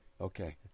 Okay